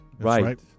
Right